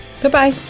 goodbye